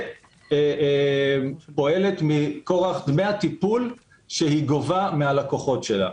לפ"ם פועלת מכורח דמי הטיפול שהיא גובה מהלקוחות שלה.